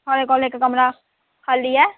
थुआढ़े कोल इक कमरा खाल्ली ऐ